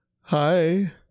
Hi